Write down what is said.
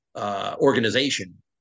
organization